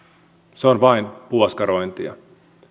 se on vain puoskarointia